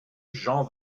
jean